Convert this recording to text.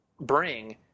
bring